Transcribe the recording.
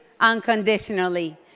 unconditionally